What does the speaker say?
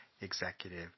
executive